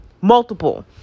Multiple